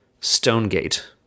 Stonegate